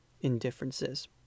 indifferences